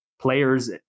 players